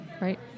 Right